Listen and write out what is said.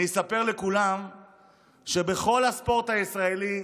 אני אספר לכולם שבכל הספורט הישראלי,